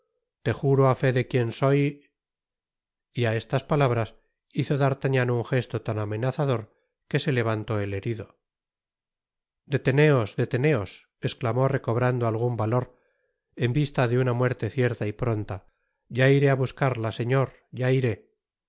te juro á fé de quien soy y á estas palabras hizo d'artagnan un jesto tan amenazador que se levantó el herido deteneos i deteneos esclamó recobrando algun valor en vista de una muerte cierta y pronta ya iré á buscarla señor ya iré